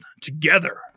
together